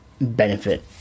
benefit